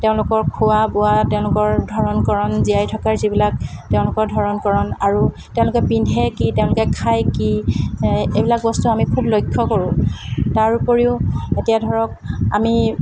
তেওঁলোকৰ খোৱা বোৱা তেওঁলোকৰ ধৰণ কৰণ জীয়াই থকাৰ যিবিলাক তেওঁলোকৰ ধৰণ কৰণ আৰু তেওঁলোকে পিন্ধে কি তেওঁলোকে খাই কি এইবিলাক বস্তু আমি খুব লক্ষ্য কৰোঁ তাৰোপৰিও এতিয়া ধৰক আমি